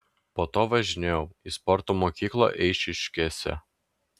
po to važinėdavau į sporto mokyklą eišiškėse